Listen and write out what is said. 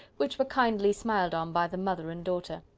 which were kindly smiled on by the mother and daughter.